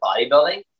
bodybuilding